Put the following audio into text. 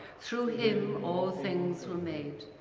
through him all things were made.